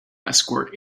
escort